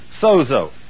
Sozo